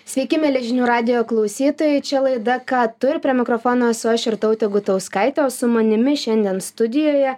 sveiki mieli žinių radijo klausytojai čia laida ką tu ir prie mikrofono aš irtautė gutauskaitė su manimi šiandien studijoje